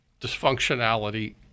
dysfunctionality